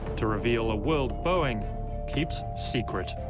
to reveal a world boeing keeps secret.